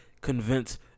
convince